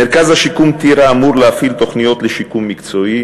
מרכז השיקום טירה אמור להפעיל תוכניות לשיקום מקצועי,